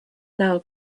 now